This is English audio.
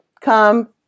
come